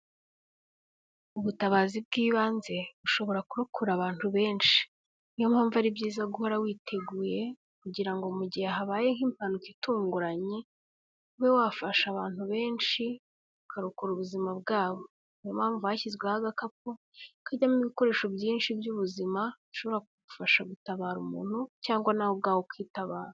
Ubutabazi bw'ibanze bushobora kurokora abantu benshi. Niyo mpamvu ari byiza guhora witeguye kugirango mu gihe habaye nk'impanuka itunguranye, ube wafasha abantu benshi ukarokora ubuzima bwabo. Niyo mpamvu hashyizweho agakapu kajyamo ibikoresho byinshi by'ubuzima bishobora kugufasha gutabara umuntu cyangwa nawe ubwawe ukitabara.